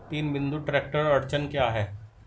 तीन बिंदु ट्रैक्टर अड़चन क्या है?